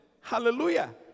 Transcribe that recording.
Hallelujah